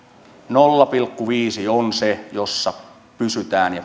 nolla pilkku viisi on se jossa pysytään ja